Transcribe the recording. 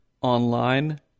online